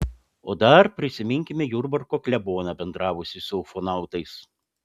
o dar prisiminkime jurbarko kleboną bendravusį su ufonautais